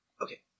Okay